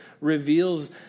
reveals